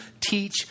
teach